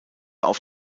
auf